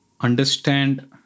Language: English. understand